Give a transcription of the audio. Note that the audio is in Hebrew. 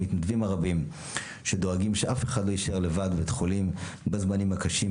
המתנדבים הרבים שדואגים שאף אחד לא יישאר לבד בבית חולים בזמנים הקשים,